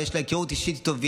ויש להם היכרות אישית איתו,